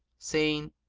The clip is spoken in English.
saying,